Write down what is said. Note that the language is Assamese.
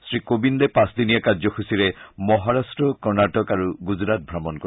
শ্ৰী কোবিন্দে পাঁচদিনীয়া কাৰ্যসূচীৰে মহাৰাট্ট কৰ্ণাটক আৰু গুজৰাট ভ্ৰমণ কৰিব